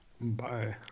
Bye